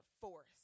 force